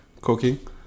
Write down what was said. cooking